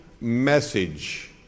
message